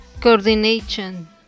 coordination